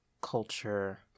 culture